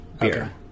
beer